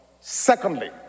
Secondly